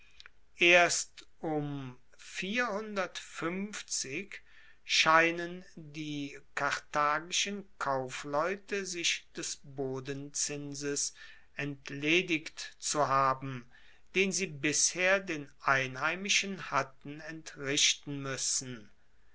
erst um scheinen die karthagischen kaufleute sich des bodenzinses entledigt zu haben den sie bisher den einheimischen hatten entrichten muessen